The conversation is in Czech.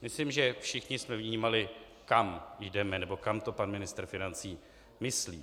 Myslím, že všichni jsme vnímali, kam jdeme, nebo kam to pan ministr financí myslí.